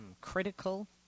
critical